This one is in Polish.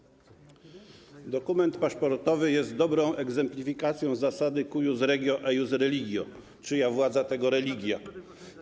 Dokument paszportowy jest dobrą egzemplifikacją zasady cuius regio, eius religio - czyja władza, tego religia.